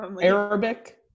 Arabic